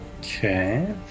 Okay